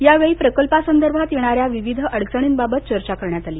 यावेळी प्रकल्पासंदर्भात येणाऱ्या विविध अडचणींबाबत चर्चा करण्यात आली